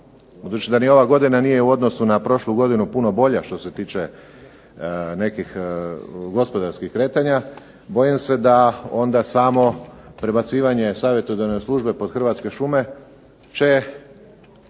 Budući da ni ova godina nije u odnosu na prošlu godinu puno bolja što se tiče nekih gospodarskih kretanja, bojim se da onda samo prebacivanje savjetodavne službe pod Hrvatske šume će